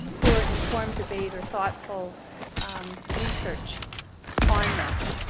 for informed debate or thoughtful research on this.